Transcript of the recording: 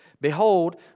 Behold